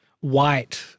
white